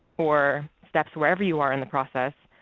or steps wherever you are in the process,